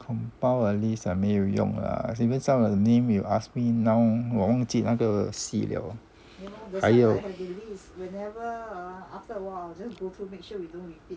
compile a list ah 没有用 lah as in some of the name you asked me now 我忘记那个戏了咯